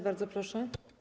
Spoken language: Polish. Bardzo proszę.